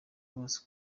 bose